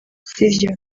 sivyo